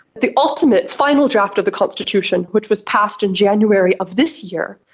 the ultimate final draft of the constitution, which was passed in january of this year,